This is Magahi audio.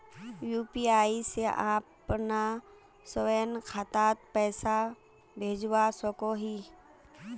यु.पी.आई से अपना स्वयं खातात पैसा भेजवा सकोहो ही?